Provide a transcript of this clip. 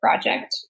project